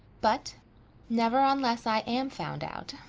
but never unless i am found out.